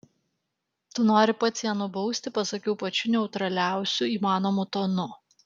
tu nori pats ją nubausti pasakiau pačiu neutraliausiu įmanomu tonu